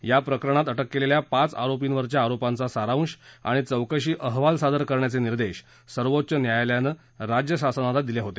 या प्रकरणात अटक केलेल्या पाच आरोपींवरच्या आरोपांचा सारांश आणि चौकशी अहवाल सादर करण्याचे निर्देश सर्वोच्च न्यायालयानं राज्य शासनाला दिले होते